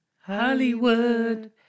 Hollywood